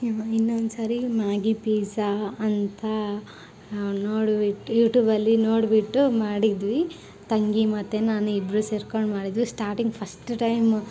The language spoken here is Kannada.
ಇನ್ನೂ ಇನ್ನೊಂದು ಸರಿ ಮ್ಯಾಗಿ ಪಿಝಾ ಅಂತ ನೋಡ್ಬಿಟ್ಟು ಯೂಟೂಬಲ್ಲಿ ನೋಡಿಬಿಟ್ಟು ಮಾಡಿದ್ವಿ ತಂಗಿ ಮತ್ತು ನಾನು ಇಬ್ಬರೂ ಸೇರ್ಕೊಂಡು ಮಾಡಿದ್ವಿ ಸ್ಟಾರ್ಟಿಂಗ್ ಫಸ್ಟ್ ಟೈಮ್